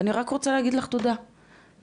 אני רק רוצה להגיד לך תודה, באמת,